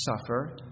suffer